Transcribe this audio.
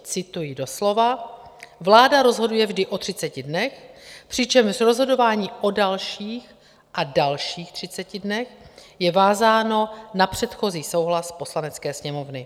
Cituji doslova: Vláda rozhoduje vždy o 30 dnech, přičemž rozhodování o dalších a dalších 30 dnech je vázáno na předchozí souhlas Poslanecké sněmovny.